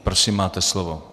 Prosím, máte slovo.